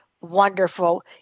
wonderful